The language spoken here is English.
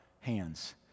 hands